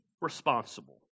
responsible